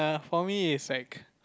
for me it's like